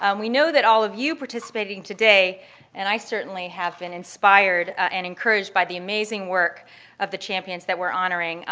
and we know that all of you participating today and i certainly have been inspired and encouraged by the amazing work of the champions that we're honoring.